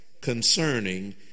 concerning